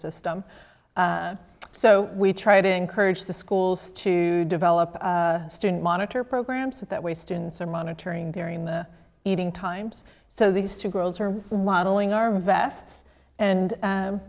system so we try to encourage the schools to develop a student monitor program so that way students are monitoring during the eating times so these two girls are